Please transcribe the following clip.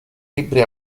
libri